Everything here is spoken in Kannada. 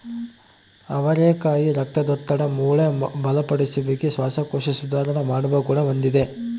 ಅವರೆಕಾಯಿ ರಕ್ತದೊತ್ತಡ, ಮೂಳೆ ಬಲಪಡಿಸುವಿಕೆ, ಶ್ವಾಸಕೋಶ ಸುಧಾರಣ ಮಾಡುವ ಗುಣ ಹೊಂದಿದೆ